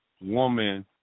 woman